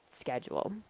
schedule